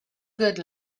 good